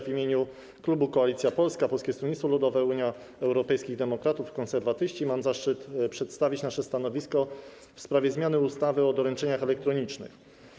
W imieniu Klubu Parlamentarnego Koalicja Polska - Polskie Stronnictwo Ludowe, Unia Europejskich Demokratów, Konserwatyści mam zaszczyt przedstawić nasze stanowisko w sprawie zmiany ustawy o doręczeniach elektronicznych.